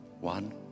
One